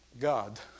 God